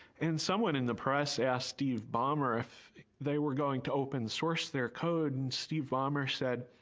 and someone in the press asked steve ballmer if they were going to open source their code and steve ah ballmer said,